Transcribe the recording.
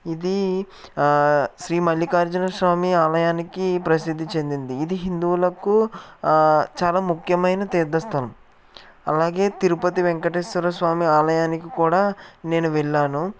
ఇదీ శ్రీ మల్లికార్జున స్వామి ఆలయానికి ప్రసిద్ధి చెందింది ఇది హిందువులకు చాలా ముఖ్యమైన తీర్థస్థలం అలాగే తిరుపతి వెంకటేశ్వర స్వామి ఆలయానికి కూడా నేను వెళ్ళాను